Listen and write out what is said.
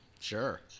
Sure